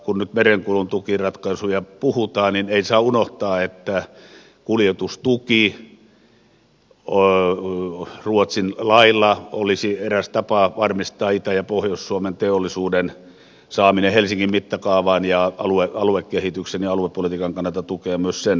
kun nyt merenkulun tukiratkaisuista puhutaan ei saa unohtaa että kuljetustuki ruotsin lailla olisi eräs tapa varmistaa itä ja pohjois suomen teollisuuden saaminen helsingin mittakaavaan ja aluekehityksen ja aluepolitiikan kannalta tukea myös sen toimintakykyä